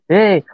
Hey